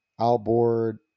outboard